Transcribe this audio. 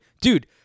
Dude